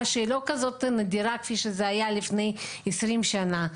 שהיא לא כזאת נדירה כפי שזה היה לפני 20 שנה,